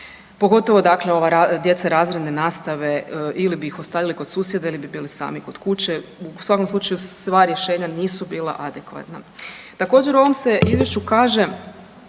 pogotovo ova djeca razredne nastave ili bi ih ostavili kod susjeda ili bi bili sami kod kuće. U svakom slučaju sva rješenja nisu bila adekvatna.